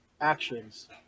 actions